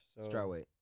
Strawweight